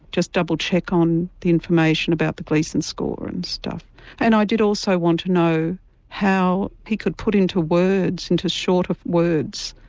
just double check on the information about the gleason score and stuff and i did also want to know how he could put into words, into shorter words,